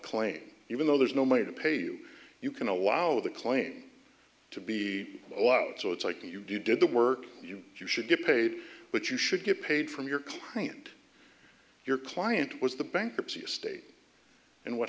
claim even though there's no money to pay you you can allow the claim to be allowed so it's like you did the work you do you should get paid what you should get paid from your client your client was the bankruptcy estate and what